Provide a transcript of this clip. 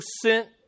sent